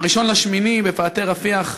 ב-1 באוגוסט, בפאתי רפיח,